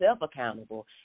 accountable